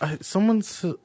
someone's